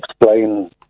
explain